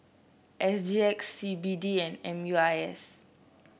S G X C B D and M U I S